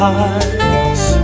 eyes